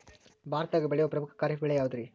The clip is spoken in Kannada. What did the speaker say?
ಭಾರತದಾಗ ಬೆಳೆಯೋ ಪ್ರಮುಖ ಖಾರಿಫ್ ಬೆಳೆ ಯಾವುದ್ರೇ?